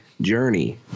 journey